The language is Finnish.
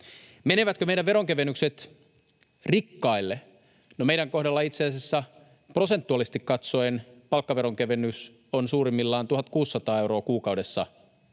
Menevätkö meidän veronkevennyksemme rikkaille? No, meidän kohdallamme itse asiassa prosentuaalisesti katsoen palkkaveron kevennys on suurimmillaan 1 600 euroa kuukaudessa bruttona